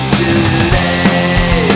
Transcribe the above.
today